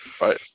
Right